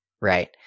right